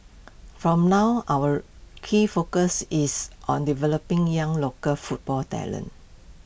from now our key focus is on developing young local football talent